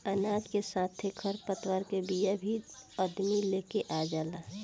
अनाज के साथे खर पतवार के बिया भी अदमी लेके आ जाला